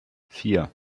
vier